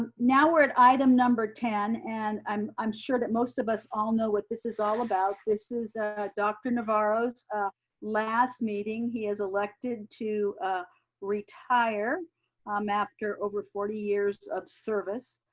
ah now we're at item number ten. and i'm i'm sure that most of us all know what this is all about. this is dr. navarro's last meeting. he has elected to retire um after over forty years of service.